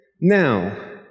now